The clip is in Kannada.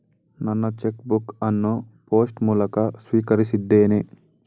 ನನ್ನ ಚೆಕ್ ಬುಕ್ ಅನ್ನು ಪೋಸ್ಟ್ ಮೂಲಕ ಸ್ವೀಕರಿಸಿದ್ದೇನೆ